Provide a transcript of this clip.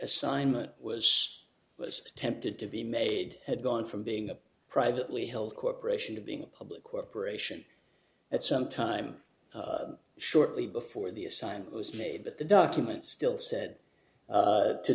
assignment was was attempted to be made had gone from being a privately held corporation to being a public corporation at some time shortly before the assignment was made but the documents still said